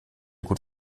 gut